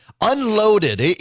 Unloaded